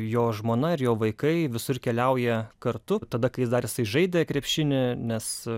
jo žmona ir jo vaikai visur keliauja kartu tada kai jis dar žaidė krepšinį nes